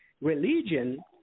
Religion